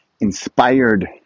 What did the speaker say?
inspired